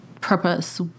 purpose